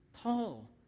Paul